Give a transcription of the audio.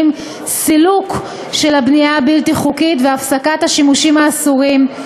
סילוק של הבנייה הבלתי-חוקית והפסקת השימושים האסורים,